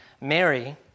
Mary